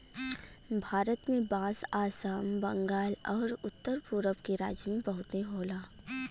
भारत में बांस आसाम, बंगाल आउर उत्तर पुरब के राज्य में बहुते होला